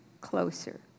closer